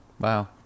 Wow